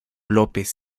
lópez